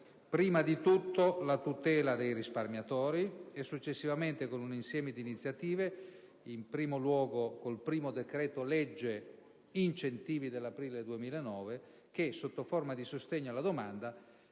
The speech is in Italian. innanzitutto, con la tutela dei risparmiatori e, successivamente, con un insieme di iniziative. In primo luogo, con il decreto‑legge incentivi dell'aprile 2009 che, sotto forma di sostegno alla domanda,